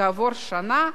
כעבור שנה,